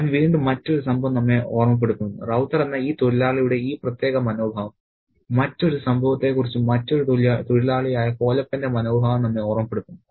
അവൻ വീണ്ടും മറ്റൊരു സംഭവം നമ്മെ ഓർമ്മപ്പെടുത്തുന്നു റൌത്തർ എന്ന ഈ തൊഴിലാളിയുടെ ഈ പ്രത്യേക മനോഭാവം മറ്റൊരു സംഭവത്തെക്കുറിച്ച് മറ്റൊരു തൊഴിലാളിയായ കോലപ്പന്റെ മനോഭാവം നമ്മെ ഓർമ്മപ്പെടുത്തുന്നു